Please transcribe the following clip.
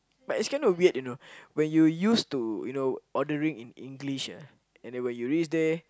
but it's kinda weird you know when you used to you know ordering in English ah and then when you reach there